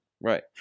Right